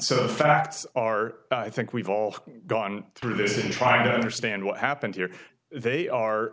so the facts are i think we've all gone through this in trying to understand what happened here they are